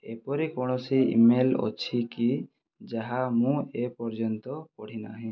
ଏପରି କୌଣସି email ଅଛି କି ଯାହା ମୁଁ ଏପର୍ଯ୍ୟନ୍ତ ପଢ଼ିନାହିଁ